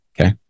okay